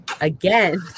again